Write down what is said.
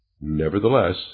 Nevertheless